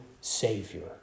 Savior